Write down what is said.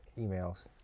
emails